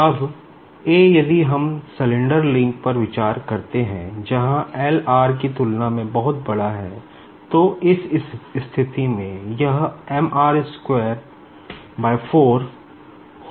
अबए यदि हम slender link पर विचार करते है जहां l r की तुलना में बहुत बड़ा है तो इस स्थिति में यह होगा